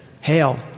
Hail